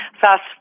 fast